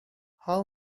how